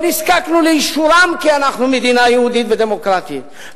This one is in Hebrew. לא נזקקנו לאישורם שאנחנו מדינה יהודית ודמוקרטית,